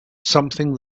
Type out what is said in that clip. something